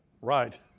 Right